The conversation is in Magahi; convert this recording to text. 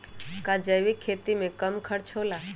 का जैविक खेती में कम खर्च होला?